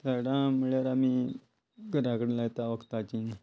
झाडां म्हणल्यार आमी घराकडेन लायता वखदांचीं